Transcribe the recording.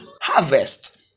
harvest